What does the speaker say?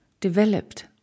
developed